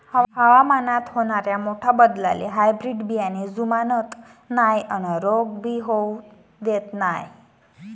हवामानात होनाऱ्या मोठ्या बदलाले हायब्रीड बियाने जुमानत नाय अन रोग भी होऊ देत नाय